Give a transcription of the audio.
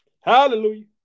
hallelujah